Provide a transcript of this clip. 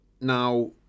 Now